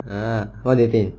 err what do you think